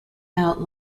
out